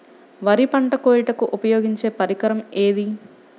వరి పంట కోయుటకు ఉపయోగించే పరికరం ఏది?